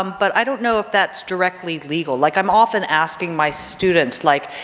um but i don't know if that's directly legal. like, i'm often asking my students like,